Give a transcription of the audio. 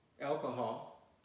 alcohol